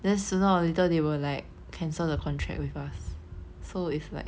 then sooner or later they will like cancel the contract with us so it's like